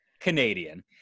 Canadian